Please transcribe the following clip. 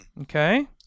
Okay